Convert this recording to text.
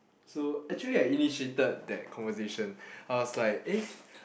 so actually I initiated that conversation I was like eh